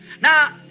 Now